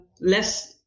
less